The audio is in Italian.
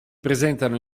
presentano